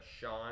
Sean